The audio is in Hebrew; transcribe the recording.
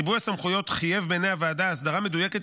ריבוי הסמכויות חייב בעיני הוועדה הסדרה מדויקת